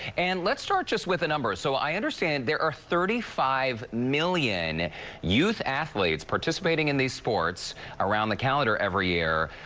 and let's start just with the numbers. so i understand there are thirty five million youth athletes participating in these sports around the calendar every year.